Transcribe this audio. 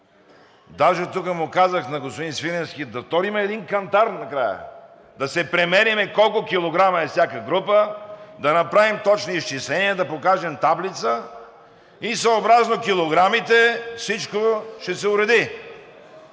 даже тук му казах на господин Свиленски, да турим един кантар накрая, да се премерим колко килограма е всяка група, да направим точни изчисления, да покажем таблица и съобразно килограмите всичко ще се уреди.